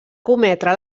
cometre